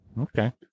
Okay